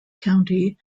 county